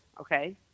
okay